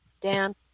Dan